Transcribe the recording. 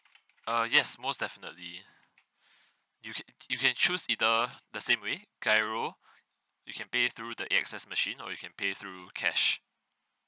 err yes most definitely you can you can choose either the same way GIRO you can pay through the A_X_S machine or you can pay through cash